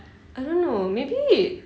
I don't know maybe